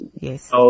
yes